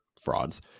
frauds